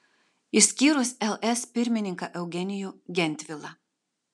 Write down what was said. išskyrus ls pirmininką eugenijų gentvilą